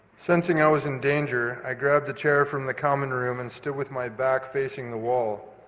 sensing i was in danger i grabbed the chair from the common room and stood with my back facing the wall.